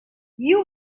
you